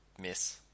miss